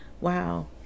Wow